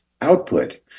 output